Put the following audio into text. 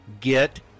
get